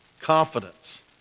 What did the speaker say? Confidence